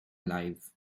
alive